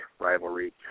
rivalry